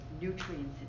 nutrients